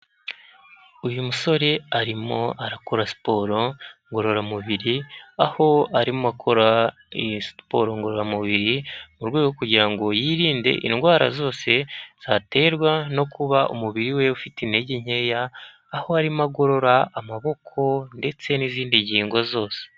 Uyu musore arimo arakora siporo ngororamubiri aho arimo akora iyi siporo ngororamubiri mu rwego kugira ngo yirinde indwara zose zaterwa no kuba umubiri we ufite intege nkeya aho arimo agorora amaboko ndetse n'izindi ngingo zose.